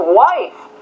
wife